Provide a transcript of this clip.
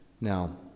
now